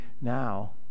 now